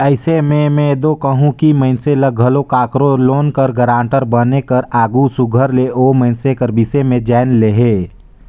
अइसे में में दो कहूं कि मइनसे ल घलो काकरो लोन कर गारंटर बने कर आघु सुग्घर ले ओ मइनसे कर बिसे में जाएन लेहे